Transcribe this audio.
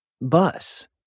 bus